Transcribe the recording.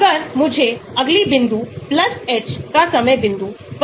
तो गतिविधि यहां समूह छोड़ने के आकार के सीधे आनुपातिक है और इसे Taft पैरामीटर कहा जाता है